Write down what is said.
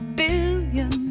billion